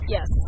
Yes